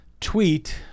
tweet